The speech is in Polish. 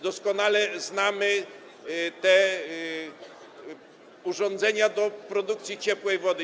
Doskonale znamy te urządzenia do produkcji ciepłej wody.